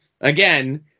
again